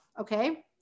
Okay